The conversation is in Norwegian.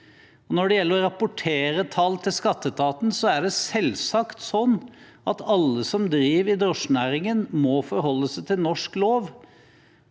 Når det gjelder å rapportere tall til skatteetaten, er det selvsagt slik at alle som driver i drosjenæringen, må forholde seg til norsk lov,